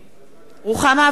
רוחמה אברהם-בלילא,